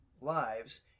lives